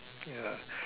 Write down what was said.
ya